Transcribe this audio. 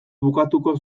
bukatuko